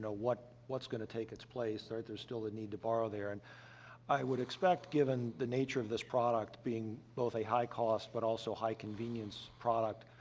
ah what what's going to take its place, right? there's still a need to borrow there, and i would expect, given the nature of this product being both a high-cost but also high-convenience product,